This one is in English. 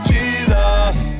Jesus